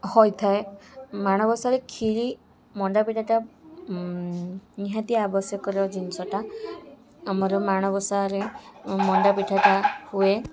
ହୋଇଥାଏ ମାଣବସାରେ ଖିରି ମଣ୍ଡାପିଠାଟା ନିହାତି ଆବଶ୍ୟକର ଜିନିଷଟା ଆମର ମାଣବସାରେ ମଣ୍ଡା ପିଠାଟା ହୁଏ